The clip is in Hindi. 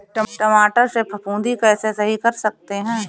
टमाटर से फफूंदी कैसे सही कर सकते हैं?